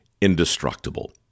indestructible